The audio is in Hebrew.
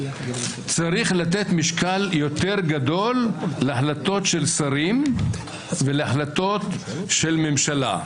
צריך לתת משקל יותר גדול להחלטות של שרים ולהחלטות של ממשלה.